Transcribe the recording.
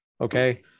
okay